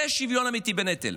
זה שוויון אמיתי בנטל,